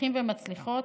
מצליחים ומצליחות,